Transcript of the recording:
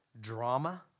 Drama